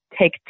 take